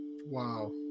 Wow